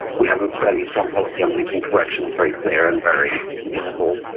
we have a fairly strong policy on making corrections very clear and very visible.